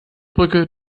brücke